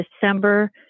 december